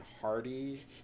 hearty